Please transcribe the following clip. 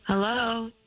Hello